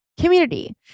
Community